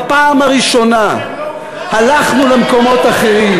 בפעם הראשונה הלכנו למקומות אחרים,